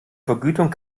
vergütung